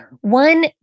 One